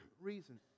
reason